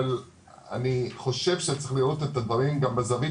אבל אני חושב שצריך לראות את הדברים גם בזוית,